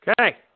Okay